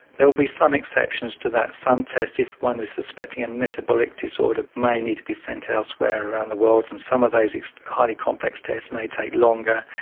there will be some exceptions to that, some test if one is suspecting a metabolic disorder sort of may need to be sent elsewhere around the world and some of those highly complex tests may take longer,